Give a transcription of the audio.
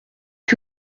que